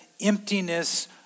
emptiness